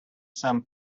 some